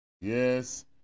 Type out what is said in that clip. Yes